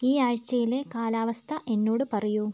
ഈ ആഴ്ചയിലെ കാലാവസ്ഥ എന്നോട് പറയൂ